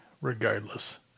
regardless